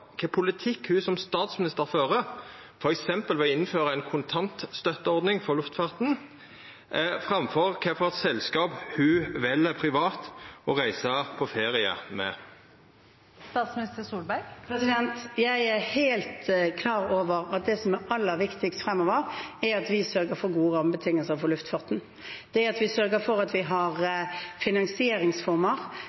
politikk ho som statsminister fører, f.eks. ved å innføra ei kontantstøtteordning for luftfarten, enn kva selskap ho privat vel å reisa på ferie med? Jeg er helt klar over at det som er aller viktigst fremover, er at vi sørger for gode rammebetingelser for luftfarten. Det at vi sørger for at vi har